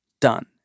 done